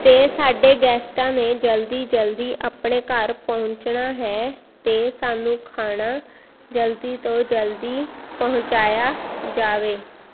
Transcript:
ਅਤੇ ਸਾਡੇ ਗੈਸਟਾਂ ਨੇ ਜਲਦੀ ਜਲਦੀ ਆਪਣੇ ਘਰ ਪਹੁੰਚਣਾ ਹੈ ਅਤੇ ਸਾਨੂੰ ਖਾਣਾ ਜਲਦੀ ਤੋਂ ਜਲਦੀ ਪਹੁੰਚਾਇਆ ਜਾਵੇ